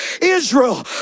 Israel